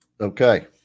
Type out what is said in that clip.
Okay